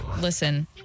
Listen